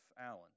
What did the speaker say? Allen